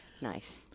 nice